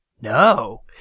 No